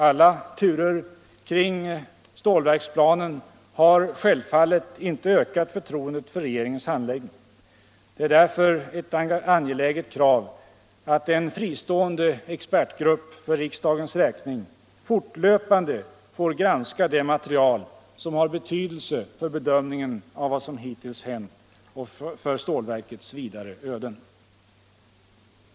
Alla turer kring stålverksplanen har självfallet inte ökat förtroendet för regeringens handläggning. Det är därför ett angeläget krav att en fristående expertgrupp, för riksdagens räkning, fortlöpande får granska det material som har betydelse för bedömningen av vad som hittills hänt och för stålverkets vidare öde.